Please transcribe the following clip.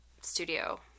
studio